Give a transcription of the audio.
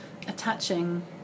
attaching